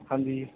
ਹਾਂਜੀ